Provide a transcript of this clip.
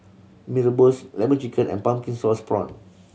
Mee Rebus Lemon Chicken and pumpkin sauce prawn